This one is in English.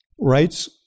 rights